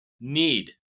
need